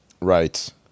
Right